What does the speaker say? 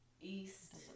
East